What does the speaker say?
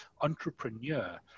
entrepreneur